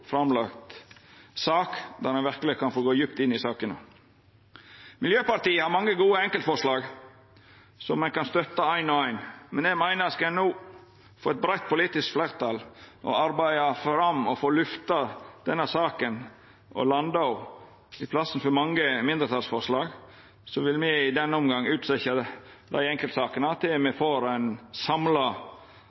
sak der me verkeleg kan få gå djupt inn i sakene. Miljøpartiet Dei Grøne har mange gode enkeltforslag som ein kan støtta eitt og eitt, men eg meiner at om ein no skal få eit breitt politisk fleirtal, arbeidd fram, lyfta og landa denne saka, i staden for mange mindretalsforslag, vil me i denne omgangen utsetja dei enkeltsakene til me får ei samla